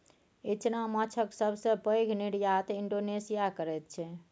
इचना माछक सबसे पैघ निर्यात इंडोनेशिया करैत छै